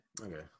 Okay